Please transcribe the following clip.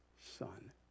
Son